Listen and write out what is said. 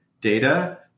data